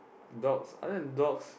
dogs other than dogs